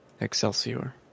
Excelsior